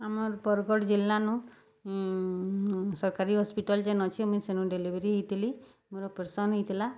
ଆମର୍ ବର୍ଗଡ଼୍ ଜିଲ୍ଲାରୁ ସର୍କାରୀ ହସ୍ପିଟାଲ୍ ଯେନ୍ ଅଛେ ମୁଇଁ ସେନୁ ଡେଲିଭରି ହେଇଥିଲି ମୋର୍ ଅପ୍ରେସନ୍ ହେଇଥିଲା